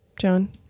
John